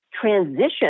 transition